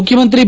ಮುಖ್ಯಮಂತ್ರಿ ಬಿ